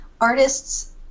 artists